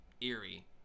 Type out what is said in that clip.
eerie